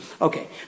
Okay